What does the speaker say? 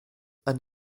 and